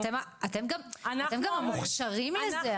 נו, אבל אתם גם המוכשרים לזה.